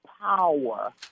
power